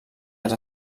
els